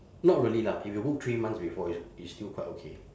not really lah if you book three months before it's it's still quite okay